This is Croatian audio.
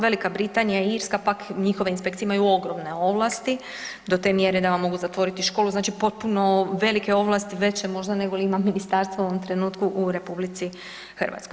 Velika Britanija i Irska pak njihove inspekcije imaju ogromne ovlasti do te mjere da vam mogu zatvoriti školu, znači potpuno velike ovlasti veće možda nego li ima ministarstvo u ovom trenutku u RH.